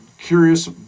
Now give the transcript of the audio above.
curious